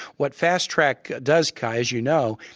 what fast track does, kai, as you know,